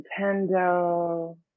Nintendo